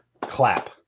clap